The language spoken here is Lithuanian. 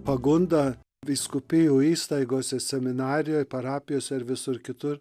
pagunda vyskupijų įstaigose seminarijoj parapijose ir visur kitur